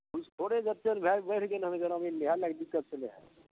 घूसखोरे जत्ते ने भै बढ़ि गेलै ग्रामीणमे इएह लएके दिक्कत होलै हँ